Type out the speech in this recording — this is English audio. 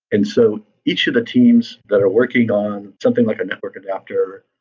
and so each of the teams that are working on something like a network adapter,